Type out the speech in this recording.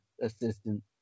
assistant